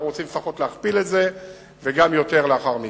אנחנו רוצים לפחות להכפיל את זה וגם יותר לאחר מכן.